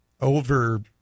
over